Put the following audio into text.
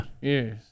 Yes